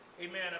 Amen